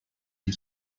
and